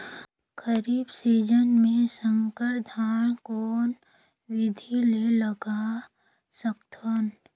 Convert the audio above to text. खरीफ season मे संकर धान कोन विधि ले लगा सकथन?